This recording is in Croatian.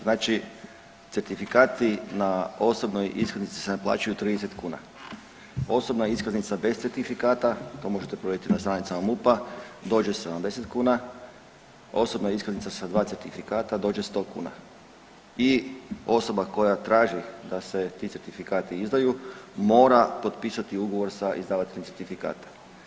Znači certifikati na osobnoj iskaznici se naplaćuju 30 kuna, osobna iskaznica bez certifikata to možete provjeriti na stranicama MUP-a dođe 70 kuna, osobna iskaznica sa dva certifikata dođe 100 kuna i osoba koja traži da se ti certifikati izdaju mora potpisati ugovor sa izdavateljem certifikata.